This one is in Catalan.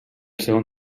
segon